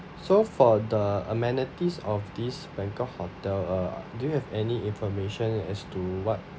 so for the amenities of this bangkok hotel uh do you have any information as to what